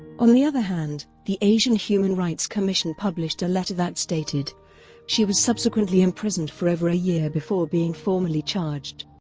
on the other hand, the asian human rights commission published a letter that stated she was subsequently imprisoned for over a year before being formally charged.